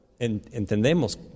Entendemos